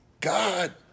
God